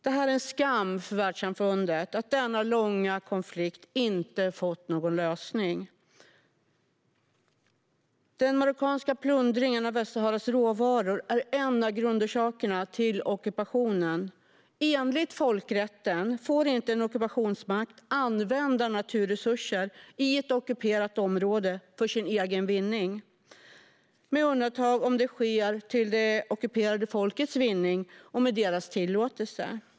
Det är en skam för världssamfundet att denna långa konflikt inte har fått någon lösning. Den marockanska plundringen av Västsaharas råvaror är en av grundorsakerna till ockupationen. Enligt folkrätten får inte en ockupationsmakt använda naturresurser i ett ockuperat område för sin egen vinning, med undantag för om det sker för det ockuperade folkets vinning och med deras tillåtelse.